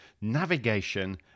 navigation